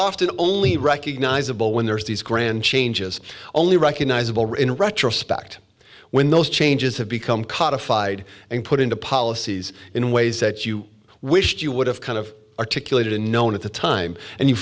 often only recognizable when there is these grand changes only recognizable in retrospect when those changes have become codified and put into policies in ways that you wished you would have kind of articulated unknown at the time and you